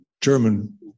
German